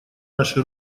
наши